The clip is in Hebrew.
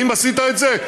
האם עשית את זה?